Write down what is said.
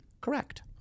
correct